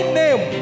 name